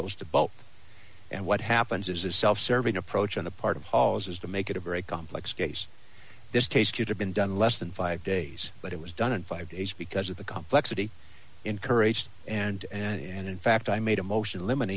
goes to both and what happens is a self serving approach on the part of paul's is to make it a very complex case this case should have been done less than five days but it was done in five days because of the complexity encouraged and and in fact i made a motion l